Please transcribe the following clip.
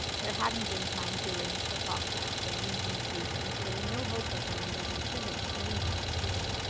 there hadn't been time to arrange for cross-matching and transfusion, so there was no hope of the numbers improving at any time soon.